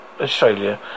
Australia